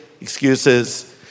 excuses